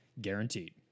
guaranteed